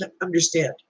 Understand